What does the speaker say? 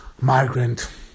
migrant